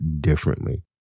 differently